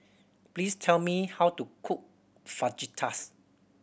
please tell me how to cook Fajitas